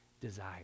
desire